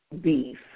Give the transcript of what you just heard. beef